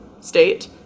state